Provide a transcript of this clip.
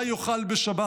מה יאכל בשבת?